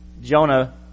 Jonah